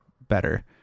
better